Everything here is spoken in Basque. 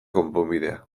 konponbidea